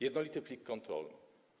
Jednolity plik kontrolny.